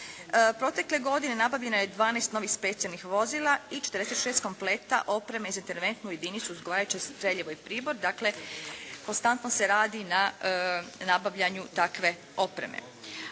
Protekle godine nabavljeno je 12 novih specijalnih vozila i 46 kompleta opreme za interventnu jedinicu i odgovarajuće streljivo i pribor. Dakle, konstantno se radi na nabavljanju takve opreme.